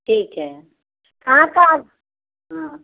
ठीक है हाँ कार हाँ